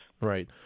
Right